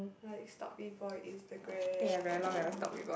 like stalk people on Instagram